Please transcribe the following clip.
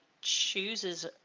chooses